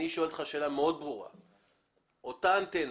אני שואל אותך שאלה ברורה מאוד: אותה אנטנה,